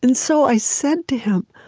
and so i said to him,